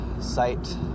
site